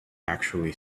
actually